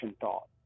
thought